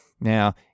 Now